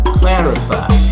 clarify